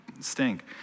stink